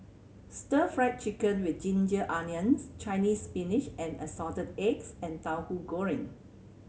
Stir Fry Chicken with ginger onions Chinese Spinach and Assorted Eggs and Tauhu Goreng